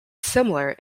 similar